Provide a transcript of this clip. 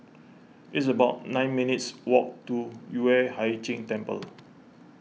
it's about nine minutes' walk to Yueh Hai Ching Temple